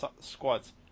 squads